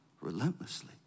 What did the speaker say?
relentlessly